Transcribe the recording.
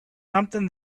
something